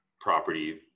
property